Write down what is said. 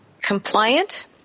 compliant